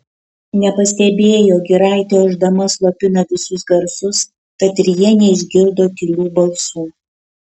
nepastebėjo giraitė ošdama slopina visus garsus tad ir jie neišgirdo tylių balsų